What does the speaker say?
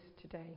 today